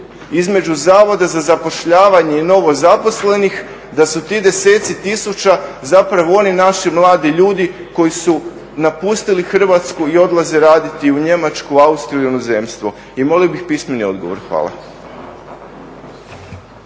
između Zavoda za zapošljavanje i novozaposlenih da su ti deseci tisuća oni zapravo oni naši mladi ljudi koji su napustili Hrvatsku i odlaze raditi u Njemačku, Austriju i inozemstvo. I molio bih pismeni odgovor. Hvala.